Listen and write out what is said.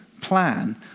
plan